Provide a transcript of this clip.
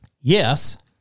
Yes